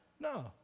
no